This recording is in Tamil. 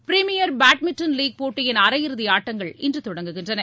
பிரிமியர் பேட்மிண்டன் லீக் போட்டியின் அரையிறுதி ஆட்டங்கள் இன்று தொடங்குகின்றன